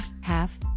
half